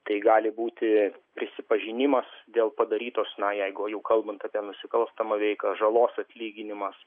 tai gali būti prisipažinimas dėl padarytos na jeigu jų kalbant apie nusikalstamą veiką žalos atlyginimas